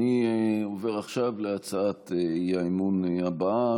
אני עובר עכשיו להצעת האי-אמון הבאה,